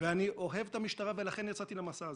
אני אוהב את המשטרה ולכן יצאתי למסע הזה.